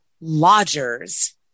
Lodgers